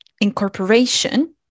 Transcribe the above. Incorporation